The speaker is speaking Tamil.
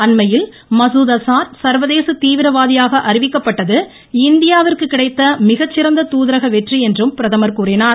அண்மையில் மகுத் ஆஸார் சர்வதேச தீவிரவாதியாக அறிவிக்கப்பட்டது இந்தியாவிற்கு கிடைத்த மிகச்சிறந்த தூதரக வெற்றி என்றும் பிரதமர் கூறினார்